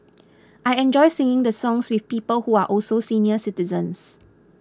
I enjoy singing the songs with people who are also senior citizens